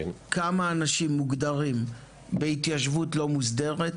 כמה אנשים מוגדרים כחיים בהתיישבות לא מוסדרת?